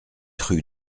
rue